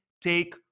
take